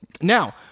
Now